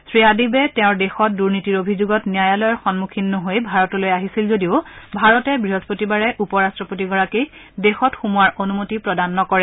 শ্ৰী আদিৱে তেওঁৰ দেশত দুৰ্নীতিৰ অভিযোগত ন্যায়ালয়ৰ সম্মুখীন নহৈ ভাৰতলৈ আহিছিল যদিও ভাৰতে বৃহস্পতিবাৰে উপ ৰাট্টপতিগৰাকীক দেশত সোমোবাৰ অনুমতি প্ৰদান নকৰে